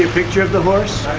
ah picture of the horse?